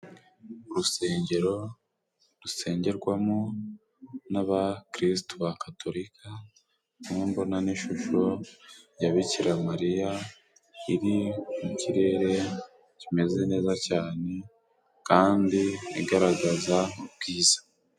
Urusengero rusengerwamo n'abakristu ba Katolika kuko mbona n'ishusho ya Bikiramariya iri mu kirere kimeze neza cyane kandi igaragaza ubwiza.